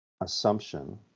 assumption